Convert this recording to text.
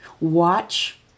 Watch